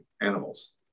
animals